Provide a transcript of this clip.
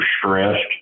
stressed